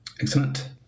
Excellent